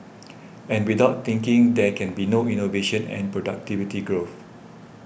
and without thinking there can be no innovation and productivity growth